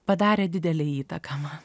padarė didelę įtaką man